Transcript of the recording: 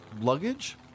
luggage